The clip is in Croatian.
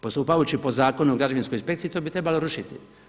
Postupajući po Zakonu o građevinskoj inspekciji to bi trebalo rušiti.